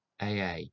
AA